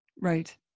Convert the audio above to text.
right